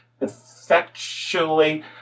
effectually